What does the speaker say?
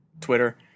Twitter